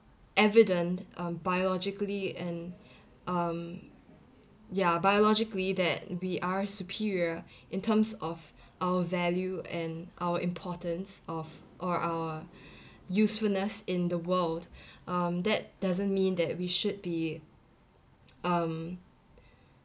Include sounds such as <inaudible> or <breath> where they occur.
evident um biologically and um ya biologically that we are superior <breath> in terms of our value and our importance of or our <breath> usefulness in the world <breath> um that doesn't mean that we should be um